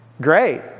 Great